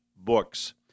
books